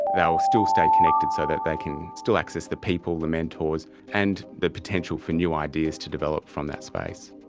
will still stay connected so that they can still access the people, the mentors and the potential for new ideas to develop from that space.